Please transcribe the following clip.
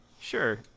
Sure